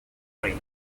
rate